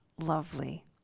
lovely